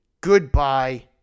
goodbye